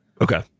Okay